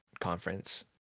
conference